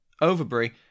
Overbury